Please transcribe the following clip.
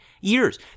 years